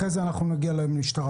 ואחרי זה נגיע למשטרה,